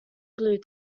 blue